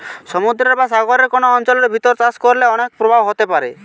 সমুদ্রের বা সাগরের কোন অঞ্চলের ভিতর চাষ করলে অনেক প্রভাব হতে পারে